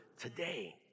today